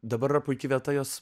dabar puiki vieta juos